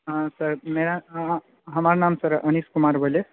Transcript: हँ तऽ मेरा हमरा नाम अनीश कुमार भेलए